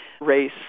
race